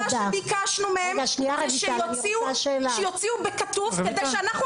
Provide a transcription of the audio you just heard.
כל מה שביקשנו מהם שיוציאו בכתוב כדי שאנחנו